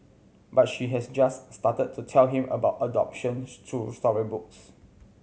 but she has just started to tell him about adoption through storybooks